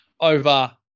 over